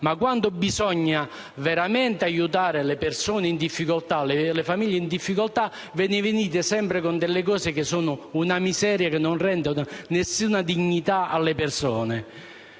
quando bisogna veramente aiutare le persone e le famiglie in difficoltà, ve ne venite sempre con delle cose che sono una miseria e che non rendono alcuna dignità alle persone?